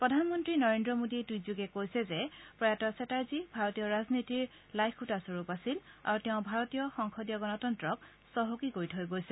প্ৰধানমন্ত্ৰী নৰেন্দ্ৰ মোদীয়ে টুইটযোগে কৈছে যে প্ৰয়াত চেটাৰ্জী ভাৰতীয় ৰাজনীতিৰ লাইখুটাস্বৰূপ আছিল আৰু তেওঁ ভাৰতীয় সংসদীয় গণতন্ত্ৰক চহকী কৰি থৈ গৈছে